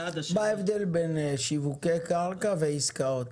מה ההבדל בין שיווקי קרקע ועסקאות?